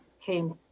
came